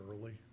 early